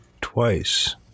twice